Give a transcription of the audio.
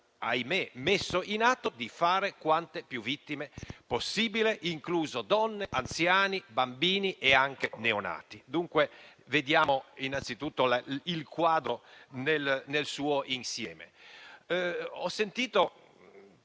ahimè - messo in atto di fare quante più vittime possibile, inclusi donne, anziani, bambini e anche neonati. Vediamo quindi innanzitutto il quadro nel suo insieme. Ho sentito